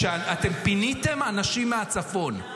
אתם פיניתם אנשים מהצפון.